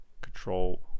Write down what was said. control